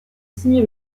signé